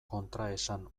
kontraesan